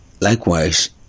Likewise